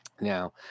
now